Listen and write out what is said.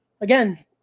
again